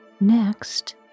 Next